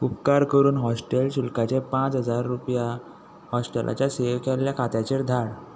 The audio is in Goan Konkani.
उपकार करून हॉस्टेल शुल्काचे पांच हजार रुपया हॉस्टेलाच्या सेव केल्ल्या खात्याचेर धाड